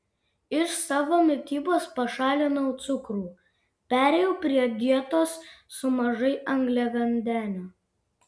iš savo mitybos pašalinau cukrų perėjau prie dietos su mažai angliavandenių